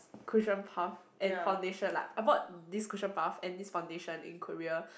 cushion puff and foundation lah I bought this cushion puff and this foundation in Korea